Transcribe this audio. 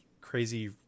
crazy